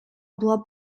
була